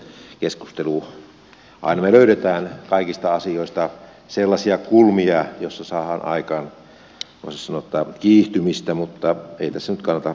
aina me löydämme kaikista asioista sellaisia kulmia joissa saadaan aikaan voisi sanoa kiihtymistä mutta ei tässä nyt kannata kenenkään kiihtyä